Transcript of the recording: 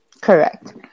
Correct